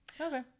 Okay